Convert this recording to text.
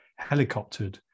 helicoptered